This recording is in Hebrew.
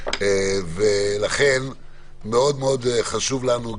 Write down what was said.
ולכן מאוד מאוד חשוב לנו,